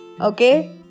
Okay